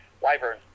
Wyvern